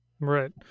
right